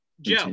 Joe